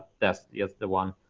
that's the the one,